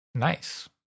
nice